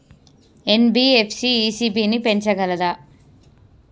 NBFC ECB ని పెంచగలదా?